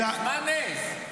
מה נס?